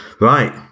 right